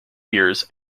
years